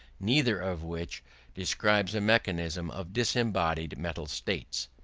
neither of which describes a mechanism of disembodied mental states,